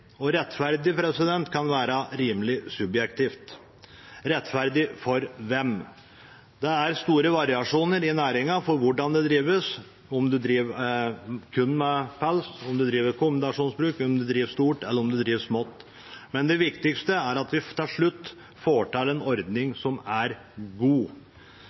rettferdig. Rettferdig kan være rimelig subjektivt – rettferdig for hvem? Det er store variasjoner i næringen i hvordan det drives, om en driver kun med pels, om en driver kombinasjonsbruk, om en driver stort, eller om en driver smått. Men det viktigste er at vi til slutt får til en ordning som er god.